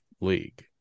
league